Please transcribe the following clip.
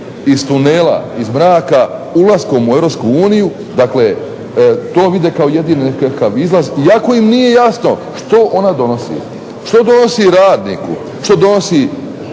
iz tunela iz mraka ulaskom u EU dakle to vide kao jedini nekakav izlaz iako im nije jasno što ona donosi. Što donosi radniku, što donosi